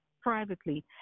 privately